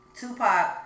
Tupac